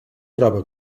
troba